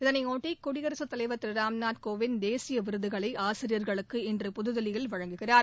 இதனைபொட்டி குடியரசுத் தலைவர் திரு ராம்நாத் கோவிந்த் தேசிய விருதுகளை ஆசிரியர்களுக்கு இன்று புது தில்லியில் வழங்குகிறார்